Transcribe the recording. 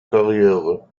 karriere